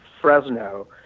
Fresno